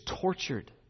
tortured